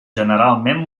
generalment